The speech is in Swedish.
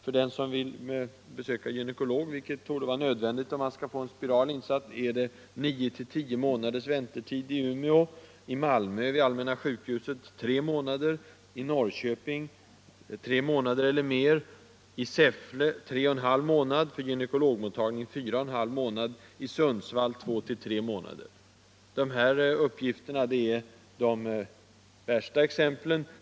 För den som vill besöka gynekolog, vilket torde vara nödvändigt om man skall få en spiral insatt, är väntetiden i Umeå 9-10 månader, i Malmö vid allmänna sjukhuset 3 månader, i Norrköping 3 månader eller mer, i Säffle 3 1 2 månad —, i Sundsvall 2-3 månader. De här uppgifterna är de värsta exemplen.